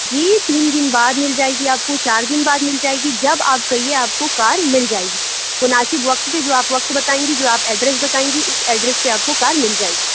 جی تین دِن بعد مل جائے گی آپ کو چار دِن بعد مل جائے گی جب آپ کہیے آپ کو کار مل جائے گی مُناسب وقت بھی جو آپ وقت بتائیں گی جو آپ ایڈریس بتائیں گی اُس ایڈریس پہ آپ کو کار مل جائے گی